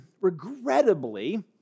regrettably